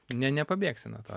ne nepabėgsi nuo to